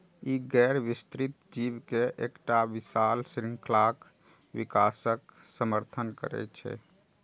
ई गैर विस्तृत जीव के एकटा विशाल शृंखलाक विकासक समर्थन करै छै